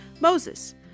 Moses